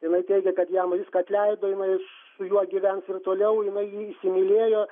jinai teigia kad jam viską atleido jinai su juo gyvens ir toliau jinai jį įsimylėjo